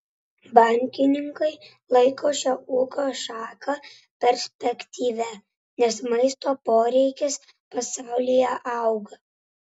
bankininkai laiko šią ūkio šaką perspektyvia nes maisto poreikis pasaulyje auga